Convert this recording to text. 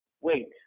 Wait